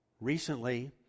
recently